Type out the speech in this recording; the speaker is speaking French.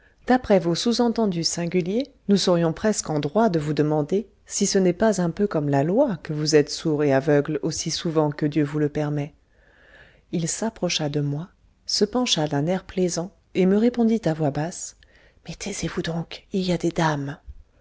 d'après vos sous-entendus singuliers nous serions presque en droit de vous demander si ce n'est pas un peu comme la loi que vous êtes sourd et aveugle aussi souvent que dieu vous le permet il s'approcha de moi se pencha d'un air plaisant et me répondit à voix basse mais taisez-vous donc il y a des dames